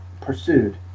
pursued